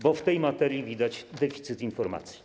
Bo w tej materii widać deficyt informacji.